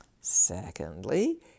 Secondly